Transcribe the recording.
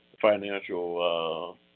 financial